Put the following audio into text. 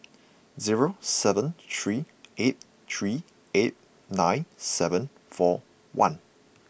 zero seven three eight three eight nine seven four one